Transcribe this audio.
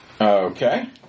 Okay